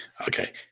Okay